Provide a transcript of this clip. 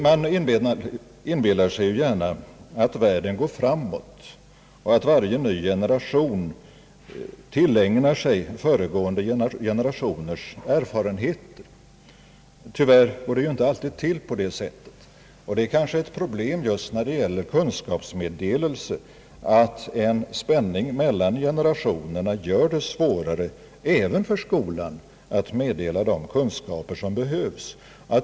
Man inbillar sig ju gärna att världen går framåt och att varje ny generation tillägnar sig föregående generationers erfarenheter. Tyvärr går det inte alltid till på det sättet. Det är kanske ett problem just när det gäller kunskapsmeddelelse att en spänning mellan generationerna gör det svårare även för skolan att meddela de kunskaper som behövs.